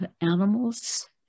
animals